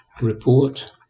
Report